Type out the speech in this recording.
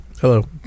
Hello